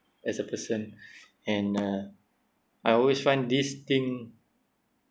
as a person and uh I always find this thing